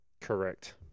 Correct